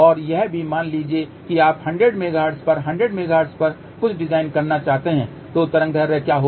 और यह भी मान लीजिए कि आप 100 मेगाहर्ट्ज पर 100 मेगाहर्ट्ज पर कुछ डिजाइन करना चाहते हैं तो तरंगदैर्ध्य क्या होगी